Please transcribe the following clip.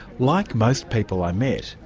like most people i met,